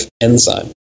enzyme